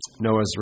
Noah's